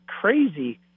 crazy